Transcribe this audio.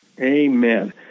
Amen